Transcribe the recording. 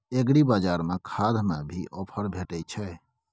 एग्रीबाजार में खाद में भी ऑफर भेटय छैय?